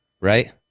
Right